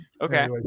Okay